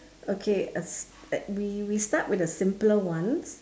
okay uh uh we we start with the simpler one